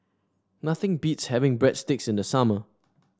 nothing beats having Breadsticks in the summer